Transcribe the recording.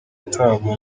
gutabwa